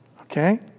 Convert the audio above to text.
Okay